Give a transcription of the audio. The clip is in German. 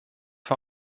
vor